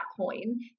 coin